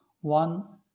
one